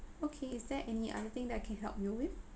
okay is there any other thing that I can help you with